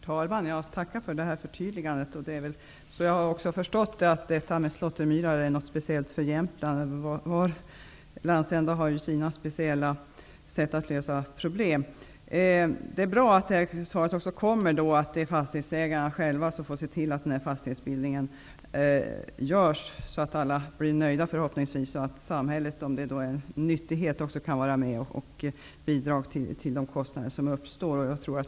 Herr talman! Jag tackar för detta förtydligande. Jag har förstått att slåttermyrarna är en speciell fråga för Jämtland. Var landsända har sitt speciella sätt att lösa problem. Det är bra att det här getts besked om att fastighetsägarna själva får se till att fastighetsbildningen görs, förhoppningsvis på sådant sätt att alla blir nöjda, och att samhället, om det anser sig ha nytta av förrättningen, kan bidra till de kostnader som uppstår.